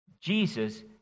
Jesus